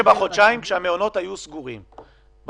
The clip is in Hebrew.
שבחודשיים האלה למעון